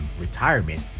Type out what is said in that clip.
retirement